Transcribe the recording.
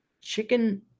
chicken